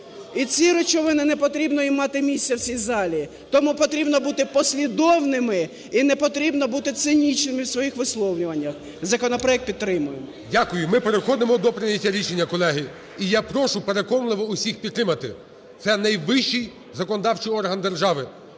І цій речовині не потрібно мати місця в цій залі. Тому потрібно бути послідовними і не потрібно бути цинічними у своїх висловлюваннях. Законопроект підтримуємо. ГОЛОВУЮЧИЙ. Дякую. Ми переходимо до прийняття рішення, колеги. І я прошу переконливо всіх підтримати, це найвищий законодавчий орган держави,